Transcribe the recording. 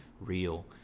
real